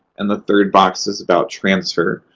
and the third box is about transfer.